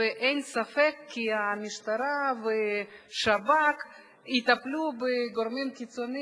ואין ספק כי המשטרה והשב"כ יטפלו בגורמים הקיצוניים,